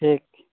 ᱴᱷᱤᱠ